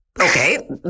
okay